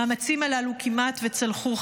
המאמצים הללו כמעט וצלחו,